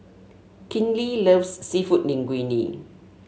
Kinley loves seafood Linguine